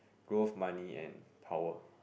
growth money and power